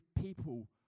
people